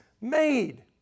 made